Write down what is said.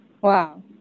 wow